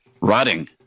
rotting